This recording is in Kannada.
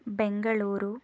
ಬೆಂಗಳೂರು